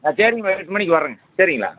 ஆ சரிங்கம்மா எட்டு மணிக்கு வரேங்க சரிங்களா